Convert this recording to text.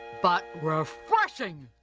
but refreshing!